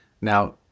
Now